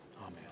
Amen